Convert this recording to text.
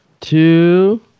two